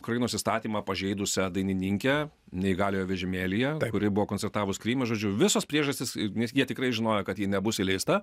kurį nors įstatymą pažeidusią dainininkę neįgaliojo vežimėlyje kuri buvo koncertavus kryme žodžiu visos priežastys ir nes jie tikrai žinojo kad ji nebus įleista